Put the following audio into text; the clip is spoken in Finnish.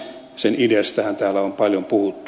sen ideastahan täällä on paljon puhuttu